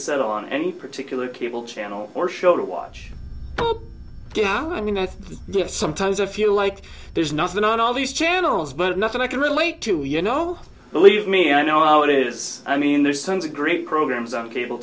settle on any particular cable channel or show to watch yeah i mean i have sometimes a few like there's nothing on all these channels but nothing i can relate to you know believe me i know how it is i mean there's some degree programs on cable